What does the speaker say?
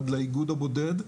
עד לאיגוד הבודד,